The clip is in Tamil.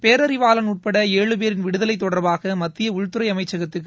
பேரறிவாளன் உட்பட ஏழு பேரின் விடுதலை தொடா்பாக மத்திய உள்துறை அமைச்சகத்துக்கு